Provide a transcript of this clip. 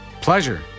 Pleasure